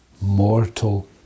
mortal